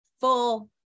full